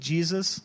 Jesus